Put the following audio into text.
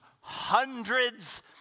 hundreds